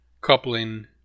coupling